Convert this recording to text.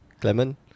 Clement